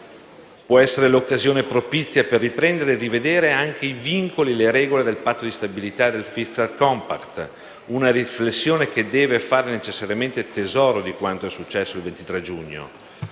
Può essere questa l'occasione propizia per rivedere anche i vincoli e le regole del Patto di stabilità e del *fiscal compact*. Una riflessione che deve fare necessariamente tesoro di quanto successo il 23 giugno.